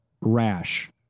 rash